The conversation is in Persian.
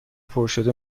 پرشده